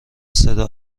صدا